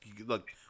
look